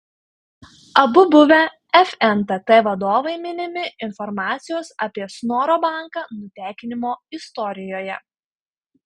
abu buvę fntt vadovai minimi informacijos apie snoro banką nutekinimo istorijoje